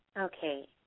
Okay